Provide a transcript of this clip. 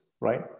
right